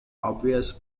obvious